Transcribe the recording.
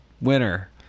winner